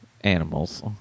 animals